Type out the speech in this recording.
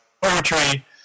poetry